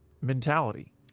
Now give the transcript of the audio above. mentality